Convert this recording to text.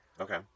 okay